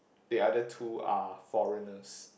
the other two are foreigners